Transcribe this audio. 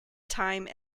time